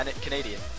Canadian